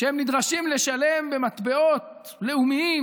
שהם נדרשים לשלם במטבעות לאומיים,